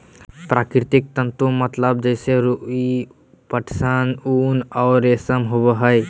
प्राकृतिक तंतु मतलब जैसे रुई, पटसन, ऊन और रेशम होबो हइ